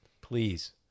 Please